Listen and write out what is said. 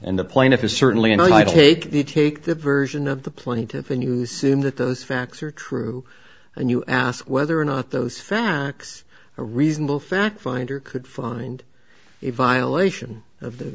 and the plaintiff is certainly and i take the take the version of the plaintiff in you soon that those facts are true and you ask whether or not those facts are reasonable fact finder could find a violation of the